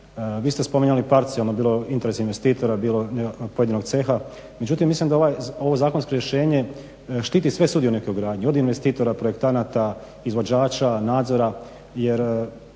Vi ste spominjali parcijalno bilo interes investitora, bilo pojedinog ceha. Međutim mislim da ovo zakonsko rješenje štite sve sudionike u gradnji od investitora, projektanata, izvođača, nadzora jer